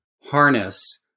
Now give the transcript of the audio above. harness